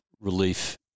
relief